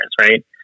right